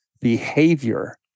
behavior